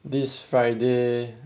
this friday